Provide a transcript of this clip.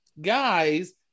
guys